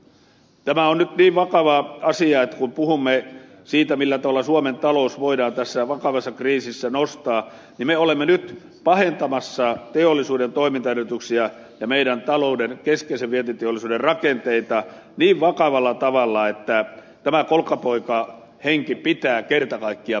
tämä on nyt niin vakava asia että kun puhumme siitä millä tavalla suomen talous voidaan tässä vakavassa kriisissä nostaa niin me olemme nyt pahentamassa teollisuuden toimintaedellytyksiä ja meidän taloutemme keskeisen vientiteollisuuden rakenteita niin vakavalla tavalla että tämä kolkkapoikahenki pitää kerta kaikkiaan pysäyttää